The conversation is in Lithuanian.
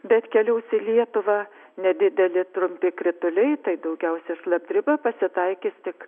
bet keliaus į lietuvą nedideli trumpi krituliai tai daugiausiai šlapdriba pasitaikys tik